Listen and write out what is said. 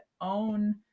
own